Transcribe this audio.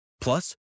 Plus